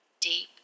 deep